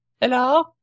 Hello